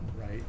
right